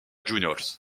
juniors